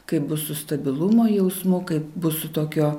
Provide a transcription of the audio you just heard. kaip bus su stabilumo jausmu kaip bus su tokio